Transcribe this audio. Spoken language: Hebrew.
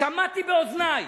שמעתי באוזני.